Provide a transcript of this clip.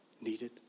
needed